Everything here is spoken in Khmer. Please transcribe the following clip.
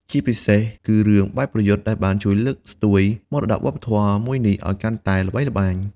ជាពិសេសគឺរឿងបែបប្រយុទ្ធ ដែលបានជួយលើកស្ទួយមរតកវប្បធម៌មួយនេះឲ្យកាន់តែល្បីល្បាញ។